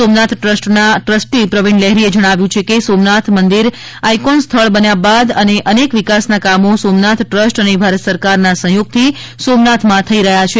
સોમનાથ ટ્રસ્ટના ટ્રસ્ટી પ્રવિણ લહેરીએ જણાવ્યું છે કે સોમનાથ મંદિર આઇકોન સ્થળ બન્યા બાદ અને અનેક વિકાસના કામો સોમનાથ ટ્રસ્ટ અને ભારત સરકારના સહયોગથી સોમનાથમાં થઇ રહ્યા છે